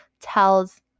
tells